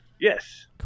Yes